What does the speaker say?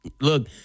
Look